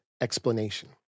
explanation